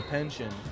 Pension